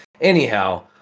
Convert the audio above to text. anyhow